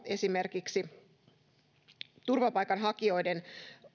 esimerkiksi oikeusturva turvapaikanhakijoiden